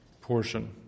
portion